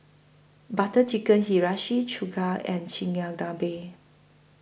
Butter Chicken Hiyashi Chuka and Chigenabe